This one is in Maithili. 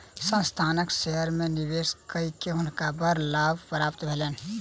संस्थानक शेयर में निवेश कय के हुनका बड़ लाभ प्राप्त भेलैन